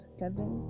seven